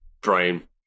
brain